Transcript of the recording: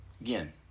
Again